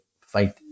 fight